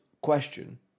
question